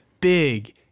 big